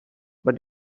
but